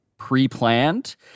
pre-planned